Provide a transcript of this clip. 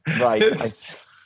Right